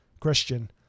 Christian